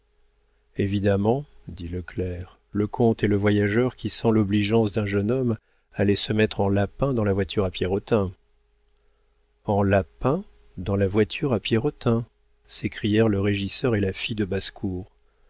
évidemment dit le clerc le comte est le voyageur qui sans l'obligeance d'un jeune homme allait se mettre en lapin dans la voiture à pierrotin en lapin dans la voiture à pierrotin s'écrièrent le régisseur et la fille de basse-cour